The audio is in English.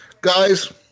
Guys